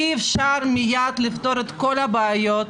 אי אפשר מייד לפתור את כל הבעיות,